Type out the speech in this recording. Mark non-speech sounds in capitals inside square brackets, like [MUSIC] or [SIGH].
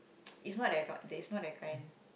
[NOISE] it's not that k~ it's not that kind